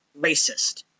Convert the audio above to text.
racist